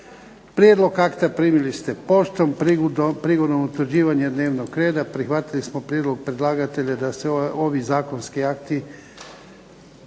Prijedlog akta primili ste poštom. Prigodom utvrđivanja dnevnog reda prihvatili smo prijedlog predlagatelja da se ovi zakonski akti